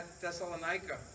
Thessalonica